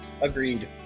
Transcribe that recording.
Agreed